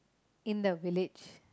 in the village